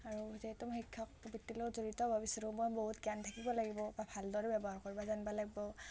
আৰু যিহেতু মই শিক্ষক বৃত্তিৰ লগত জড়িত ভাবিছিলো মই বহুত জ্ঞান থাকিব লাগিব ভালদৰে ব্যৱহাৰ কৰিব জানিব লাগিব